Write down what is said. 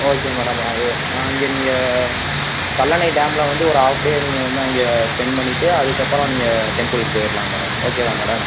okay madam அது இங்கே நீங்க கல்லணை டேமில் வந்து ஒரு ஹாஃப் டே நீங்கள் வந்து அங்கே ஸ்பென்ட் பண்ணிவிட்டு அதுக்கப்பறம் நீங்க டெம்புளுக்கு போயிடலாம் மேடம் ஓகேவா மேடம்